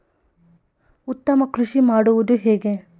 ಉತ್ತಮ ಕೃಷಿ ಮಾಡುವುದು ಹೇಗೆ?